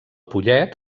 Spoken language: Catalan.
pollet